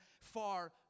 far